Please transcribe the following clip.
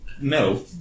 no